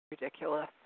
ridiculous